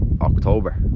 October